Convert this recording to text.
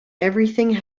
everything